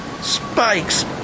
Spikes